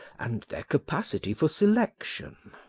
and their capacity for selection.